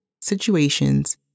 situations